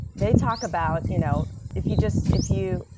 they talk about you know if you just. if you.